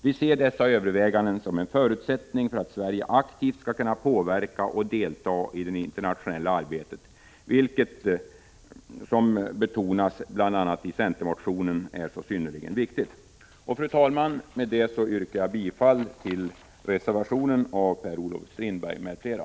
Vi ser dessa överväganden som en förutsättning för att Sverige aktivt skall kunna påverka och delta i det internationella arbetet, vilket såsom betonas i bl.a. centermotionen är synnerligen viktigt. Fru talman! Med det yrkar jag bifall till reservationen av Per-Olof Strindberg m.fl.